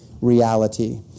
reality